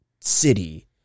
city